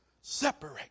separate